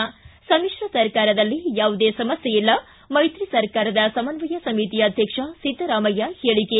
ಿ ಸಮಿತ್ರ ಸರ್ಕಾರದಲ್ಲಿ ಯಾವುದೇ ಸಮಸ್ಯೆಯಲ್ಲಿ ಮೈತ್ರಿ ಸರ್ಕಾರದ ಸಮನ್ವಯ ಸಮಿತಿ ಅಧ್ಯಕ್ಷ ಸಿದ್ದರಾಮಯ್ಯ ಹೇಳಿಕೆ